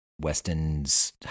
Weston's